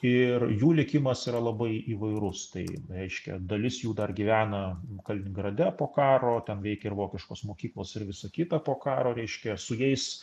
ir jų likimas yra labai įvairus tai reiškia dalis jų dar gyvena kaliningrade po karo ten veikė ir vokiškos mokyklos ir visa kita po karo reiškia su jais